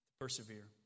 persevere